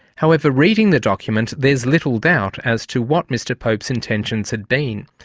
however, reading the document, there's little doubt as to what mr pope's intentions had been.